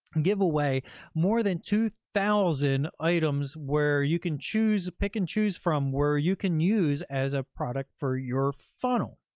give away more than two thousand items where you can choose, pick and choose from where you can use as a product for your funnel.